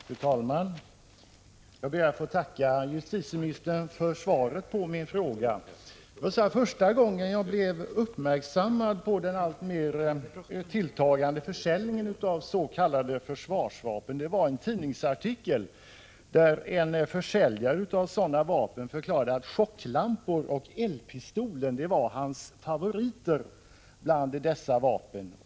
Fru talman! Jag ber att få tacka justitieministern för svaret på min fråga. Min uppmärksamhet fästes på den alltmer tilltagande försäljningen av s.k. försvarsvapen när jag läste en tidningsartikel, där en försäljare förklarade att chocklampan och elpistolen var hans favoriter bland dessa vapen.